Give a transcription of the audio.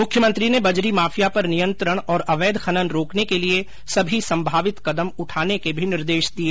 मुख्यमंत्री ने बजरी माफिया पर नियंत्रण और अवैध खनन रोकने के लिए सभी संभावित कदम उठाने के भी निर्देश दिए